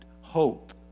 hope